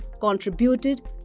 contributed